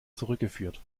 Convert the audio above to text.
zurückgeführt